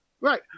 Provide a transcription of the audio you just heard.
Right